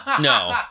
No